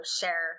Share